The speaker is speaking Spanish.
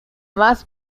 más